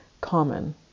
common